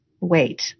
wait